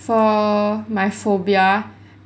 for my phobia